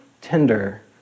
tender